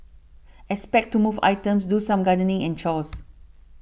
expect to move items do some gardening and chores